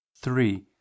three